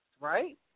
right